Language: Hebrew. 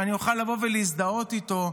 שאני אוכל לבוא ולהזדהות איתו.